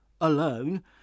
alone